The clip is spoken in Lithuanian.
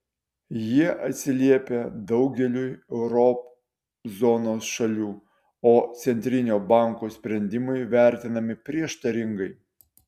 jie atsiliepia daugeliui euro zonos šalių o centrinio banko sprendimai vertinami prieštaringai